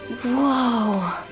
Whoa